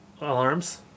Alarms